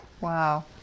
wow